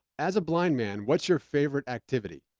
as a blind man, what's your favorite activity?